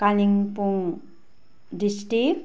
Kalimpong district